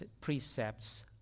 precepts